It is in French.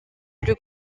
plus